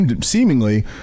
seemingly